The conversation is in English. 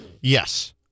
Yes